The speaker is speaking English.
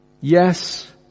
Yes